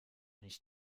nicht